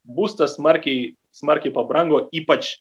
būstas smarkiai smarkiai pabrango ypač